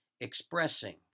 expressing